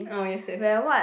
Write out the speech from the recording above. oh yes yes